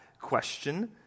question